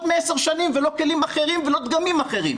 מ-10 שנים ולא כלים אחרים ולא דגמים אחרים.